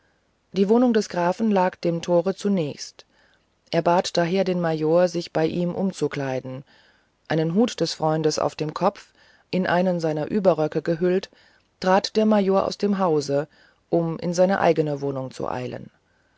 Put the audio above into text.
die wohnung des grafen lag dem tore zunächst er bat daher den major sich bei ihm umzukleiden einen hut des freundes auf dem kopf in einen seiner überröcke gehüllt trat der major aus dem hause um in seine eigene wohnung zu eilen